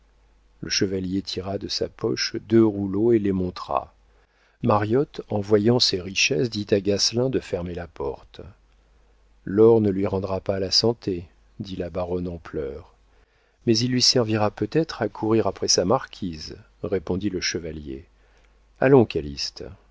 le chevalier tira de sa poche deux rouleaux et les montra mariotte en voyant ces richesses dit à gasselin de fermer la porte l'or ne lui rendra pas la santé dit la baronne en pleurs mais il lui servira peut-être à courir après sa marquise répondit le chevalier allons